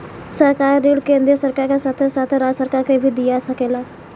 सरकारी ऋण केंद्रीय सरकार के साथे साथे राज्य सरकार के भी दिया सकेला